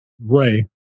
Ray